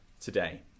today